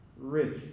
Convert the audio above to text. rich